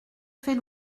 fait